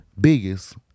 biggest